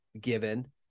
given